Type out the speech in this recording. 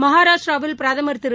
மகாராஷ்டிராவில் பிரதமா் திரு